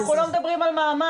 אבל אנחנו לא מדברים על מעמד,